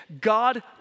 God